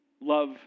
love